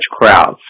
crowds